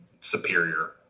superior